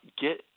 get